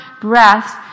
breaths